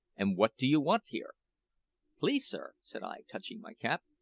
and what do you want here please, sir said i, touching my cap,